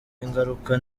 ingaruka